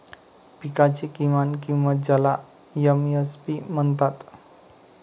पिकांची किमान किंमत ज्याला एम.एस.पी म्हणतात